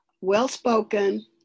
well-spoken